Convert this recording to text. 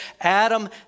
Adam